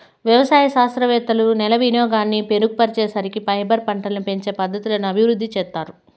వ్యవసాయ శాస్త్రవేత్తలు నేల వినియోగాన్ని మెరుగుపరిచేకి, ఫైబర్ పంటలని పెంచే పద్ధతులను అభివృద్ధి చేత్తారు